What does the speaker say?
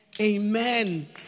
Amen